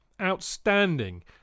Outstanding